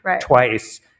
twice